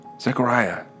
Zechariah